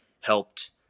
helped